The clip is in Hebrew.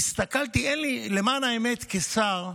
למען האמת כשר,